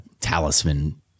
talisman